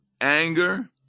anger